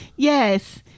Yes